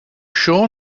sure